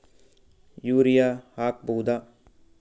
Urea ಹಾಕ್ ಬಹುದ?